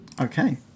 Okay